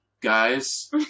guys